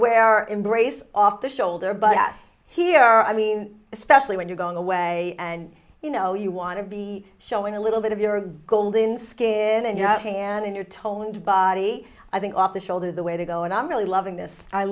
or embrace off the shoulder but yes here i mean especially when you're going away and you know you want to be showing a little bit of your golden skin and your hand and your toned body i think off the shoulders the way to go and i'm really loving this i